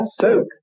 soak